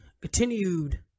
continued